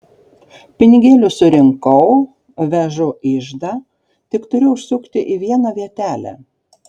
pinigėlius surinkau vežu iždą tik turiu užsukti į vieną vietelę